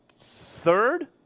third